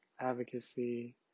advocacy